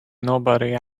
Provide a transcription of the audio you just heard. nobody